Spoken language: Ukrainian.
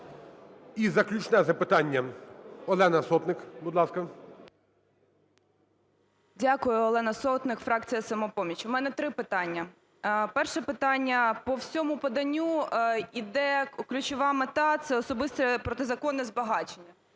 І заключне запитання. Олена Сотник, будь ласка. 11:01:06 СОТНИК О.С. Дякую. Олена Сотник, фракція "Самопоміч". У мене три питання. Перше питання. По всьому поданню іде: ключова мета – це особисте протизаконне збагачення.